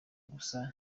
gusa